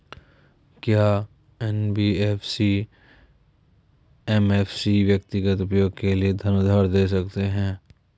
क्या NBFC MFI व्यक्तिगत उपयोग के लिए धन उधार दें सकते हैं?